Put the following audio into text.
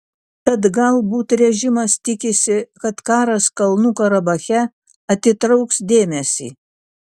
tad galbūt režimas tikisi kad karas kalnų karabache atitrauks dėmesį